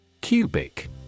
Cubic